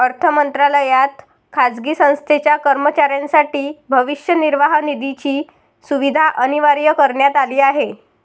अर्थ मंत्रालयात खाजगी संस्थेच्या कर्मचाऱ्यांसाठी भविष्य निर्वाह निधीची सुविधा अनिवार्य करण्यात आली आहे